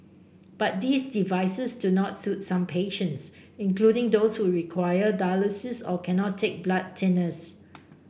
but these devices do not suit some patients including those who require dialysis or cannot take blood thinners